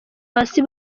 hasi